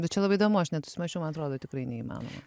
bet čia labai įdomu aš net susimąsčiau man atrodo tikrai neįmanoma